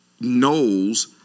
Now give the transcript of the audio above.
knows